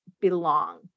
belong